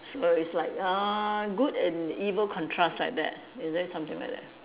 so it's like uh good and evil contrast like that is it something like that